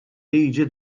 liġi